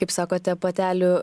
kaip sakote patelių